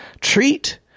Treat